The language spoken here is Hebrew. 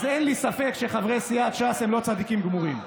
אז אין לי ספק שחברי סיעת ש"ס הם לא צדיקים גמורים.